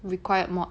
required mod